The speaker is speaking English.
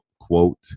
quote